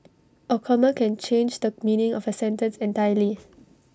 A comma can change the meaning of A sentence entirely